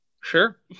Sure